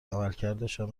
عملکردشان